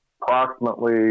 approximately